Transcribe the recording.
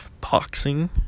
Boxing